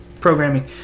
programming